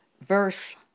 verse